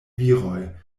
viroj